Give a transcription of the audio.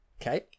Okay